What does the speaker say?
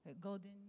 golden